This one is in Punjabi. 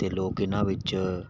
ਅਤੇ ਲੋਕ ਇਹਨਾਂ ਵਿੱਚ